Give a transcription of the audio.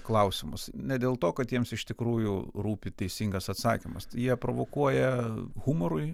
klausimus ne dėl to kad jiems iš tikrųjų rūpi teisingas atsakymas jie provokuoja humorui